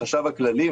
החשב הכללי,